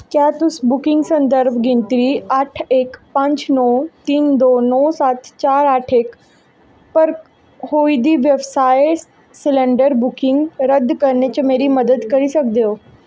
क्या तुस बुकिंग संदर्भ गिनतरी अट्ठ इक पंज नौ तिन्न दो नौ सत्त चार अट्ठ इक पर होई दी व्यवसायक सिलैंडर बुकिंग रद्द करने च मदद करी सकदे ओ